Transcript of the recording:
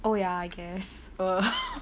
oh ya I guess err